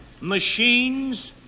machines